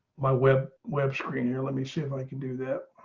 my web. web screen here. let me see if i can do that.